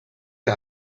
que